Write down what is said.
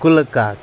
گُلہٕ کاک